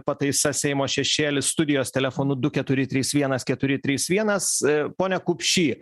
pataisa seimo šešėlis studijos telefonu du keturi trys vienas keturi trys vienas pone kupšy